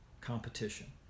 competition